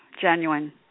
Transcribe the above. genuine